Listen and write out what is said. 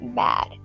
bad